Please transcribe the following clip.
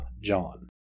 John